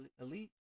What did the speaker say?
Elite